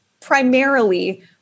primarily